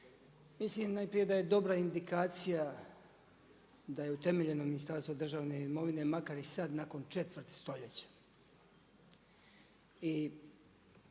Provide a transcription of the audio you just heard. Mislim najprije da je dobra indikacija da je utemeljeno Ministarstvo državne imovine makar i sad nakon četvrt stoljeća. I